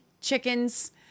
chickens